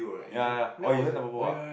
ya ya oh you went Tampopo ah